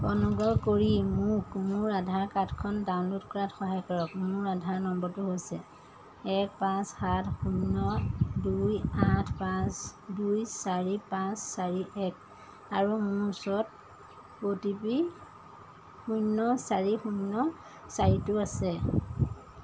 অনুগ্ৰহ কৰি মোক মোৰ আধাৰ কাৰ্ডখন ডাউনল'ড কৰাত সহায় কৰক মোৰ আধাৰ নম্বৰটো হৈছে এক পাঁচ সাত শূন্য দুই আঠ পাঁচ দুই চাৰি পাঁচ চাৰি এক আৰু মোৰ ওচৰত অ' টি পি শূণ্য চাৰি শূন্য চাৰিটো আছে